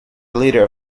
leader